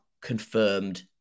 confirmed